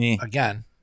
again